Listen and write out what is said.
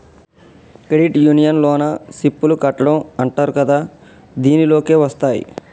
credit union లోన SIP లు కట్టడం అంటరు కదా దీనిలోకే వస్తాయ్